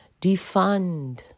Defund